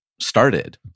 started